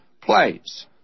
place